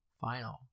final